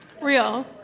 Real